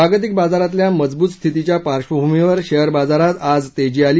जागतिक बाजारातल्या मजबूत स्थितीच्या पार्श्वभूमीवर शेअर बाजारात आज तेजी आली